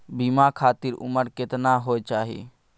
बीमा खातिर उमर केतना होय चाही?